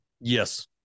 Yes